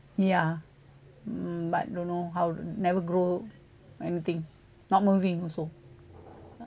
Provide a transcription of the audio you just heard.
ya mm but don't know how never grow anything not moving also